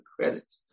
credit